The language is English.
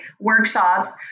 workshops